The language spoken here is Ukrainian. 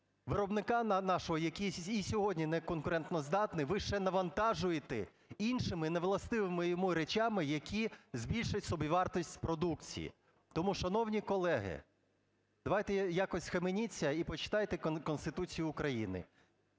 виробника нашого, який і сьогодні неконкурентоздатний, ви ще навантажуєте іншими невластивими йому речами, які збільшать собівартість продукції. Тому, шановні колеги, давайте якось схаменіться і почитайте Конституцію України.